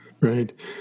Right